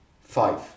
Five